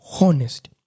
honest